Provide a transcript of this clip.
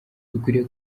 dukwiriye